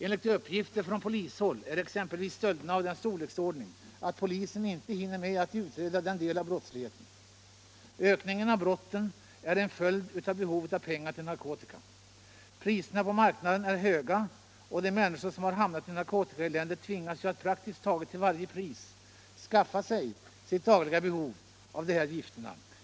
Enligt uppgifter från polishåll är exempelvis stölderna av sådan storleksordning att polisen inte hinner med att utreda den delen av brottsligheten. Ökningen av brotten är en följd av behovet av pengar till narkotika. Priserna på marknaden är höga, och de människor som har hamnat i narkotikaeländet tvingas ju att praktiskt taget till varje pris skaffa sig sitt dagliga behov av de här gifterna.